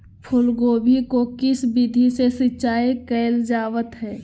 फूलगोभी को किस विधि से सिंचाई कईल जावत हैं?